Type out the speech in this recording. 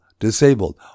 disabled